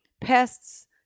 pests